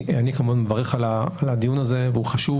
ואני כמובן מברך על הדיון הזה והוא חשוב